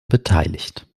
beteiligt